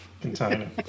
container